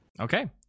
Okay